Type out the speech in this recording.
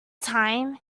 time